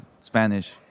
Spanish